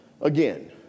again